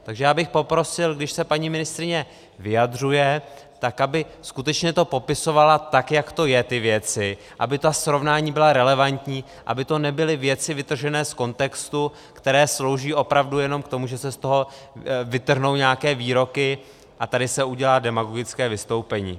Takže já bych poprosil, když se paní ministryně vyjadřuje, tak aby skutečně to popisovala tak, jak to je, ty věci, aby ta srovnání byla relevantní, aby to nebyly věci vytržené z kontextu, které slouží opravdu jenom k tomu, že se z toho vytrhnou nějaké výroky a tady se udělá demagogické vystoupení.